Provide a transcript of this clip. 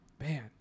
Man